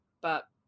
But-